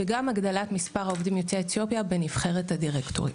וגם הגדלת מספר עובדים יוצאי אתיופיה בנבחרת הדירקטורים.